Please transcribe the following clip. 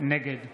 נגד